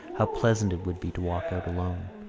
how pleasant it would be to walk out alone,